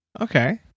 Okay